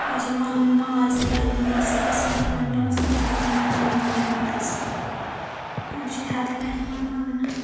آز چھِ ماز ماز تہِ دَگان مِکسرس منٛز تِمن دۄہن أسۍ دَگان یتھ منٛز نیامہ منٛز آز چھِ ہر کیٚنٛہہ بناوان